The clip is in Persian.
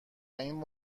این